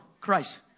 Christ